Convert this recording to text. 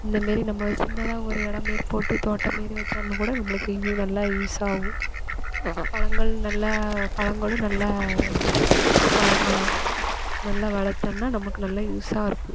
இந்த மாரி நம்ம சின்னதாக ஒரு இடம் மாரி போட்டு தோட்டம் மாரி வச்சாலும் கூட நம்பளுக்கு இது நல்ல யூஸ்ஸாகவும் பழங்கள் நல்ல பழங்களும் நல்ல வளர்க்கலாம் நல்லா வளர்த்தோன்னா நம்பளுக்கு நல்ல யூஸாக இருக்கும்